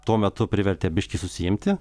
tuo metu privertė biškį susiimti